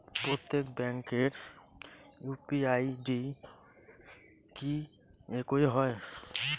প্রত্যেক ব্যাংকের UPI ID কি একই হয়?